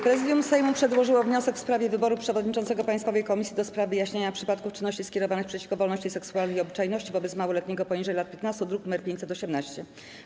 Prezydium Sejmu przedłożyło wniosek w sprawie wyboru przewodniczącego Państwowej Komisji do spraw wyjaśniania przypadków czynności skierowanych przeciwko wolności seksualnej i obyczajności wobec małoletniego poniżej lat 15, druk nr 518.